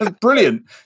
Brilliant